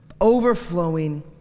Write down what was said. overflowing